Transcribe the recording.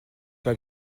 pas